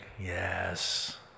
yes